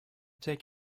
take